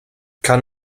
kann